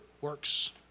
works